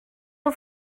nhw